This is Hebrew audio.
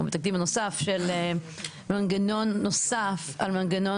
או בתקדים הנוסף של מנגנון נוסף על מנגנון